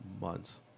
months